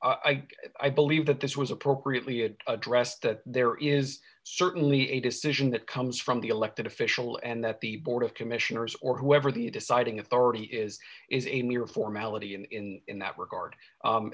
s i believe that this was appropriately it addressed that there is certainly a decision that comes from the elected official and that the board of commissioners or whoever the deciding authority is is a mere formality in in that regard